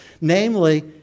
Namely